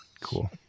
Cool